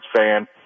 fan